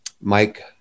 mike